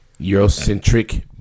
eurocentric